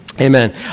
Amen